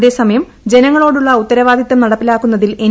അതേസമയം ജനങ്ങളോടുള്ള ഉത്തരവാദിത്തം നടപ്പിലാക്കുന്നതിൽ എൻ